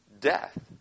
death